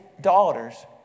daughters